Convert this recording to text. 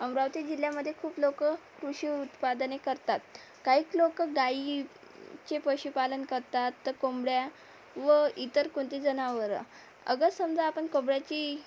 अमरावती जिल्ह्यामध्ये खूप लोक कृषी उत्पादने करतात काहीच लोक गाईचे पशुपालन करतात तर कोंबड्या व इतर कोणती जनावरं अगर समजा आपण कोंबड्याची